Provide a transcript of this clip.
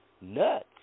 nuts